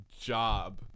job